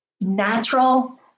natural